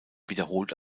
wiederholt